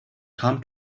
come